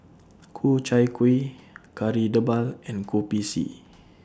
Ku Chai Kuih Kari Debal and Kopi C